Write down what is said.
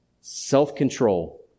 self-control